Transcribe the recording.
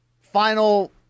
final